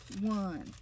one